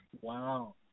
wow